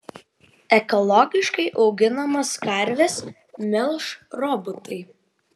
ekologiškai auginamas karves melš robotai